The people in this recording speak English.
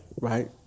Right